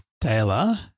Taylor